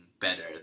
better